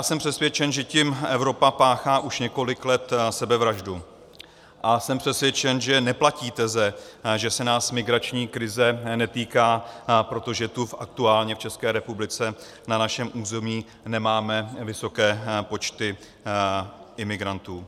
Jsem přesvědčen, že tím Evropa páchá už několik let sebevraždu, a jsem přesvědčen, že neplatí teze, že se nás migrační krize netýká, protože tu aktuálně v České republice na našem území nemáme vysoké počty imigrantů.